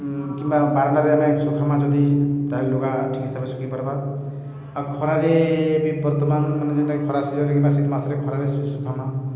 କିମ୍ବା ବାରଣ୍ଡାରେ ଆମେ ସୁଖାମା ଯଦି ତା'ହେଲେ ଲୁଗା ଠିକ୍ ହିସାବେ ଶୁଖିପାର୍ବା ଆଉ ଖରାରେ ବି ବର୍ତ୍ତମାନ୍ ମାନେ ଜେନ୍ଟାକି ଖରା ସିଜନ୍ରେ କିମ୍ବା ଶୀତ୍ ମାସ୍ରେ ଖରାରେ ଶୁଖାମା